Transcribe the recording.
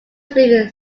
speak